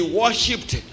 worshipped